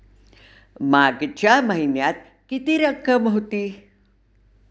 मागच्या महिन्यात किती रक्कम होती?